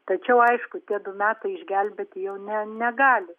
tačiau aišku tie du metai išgelbėti jau ne negali